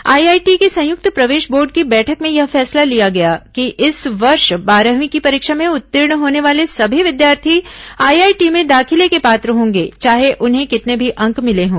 IIT के संयुक्त प्रवेश बोर्ड की बैठक में यह फैसला लिया गया कि इस वर्ष बारहवीं की परीक्षा में उत्तीर्ण होने वाले सभी विद्यार्थी आईआईटी में दाखिले के पात्र होंगे चाहे उन्हें कितने भी अंक मिले हों